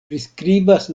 priskribas